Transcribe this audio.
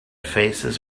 faces